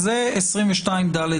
לא.